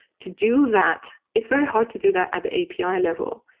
to do that, it's very hard to do that at the api ah level.